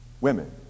Women